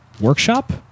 workshop